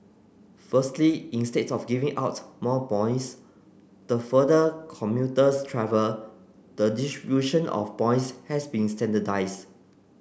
firstly instead of giving out more points the further commuters travel the distribution of points has been standardised